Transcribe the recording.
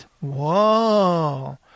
Whoa